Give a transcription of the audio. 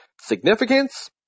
Significance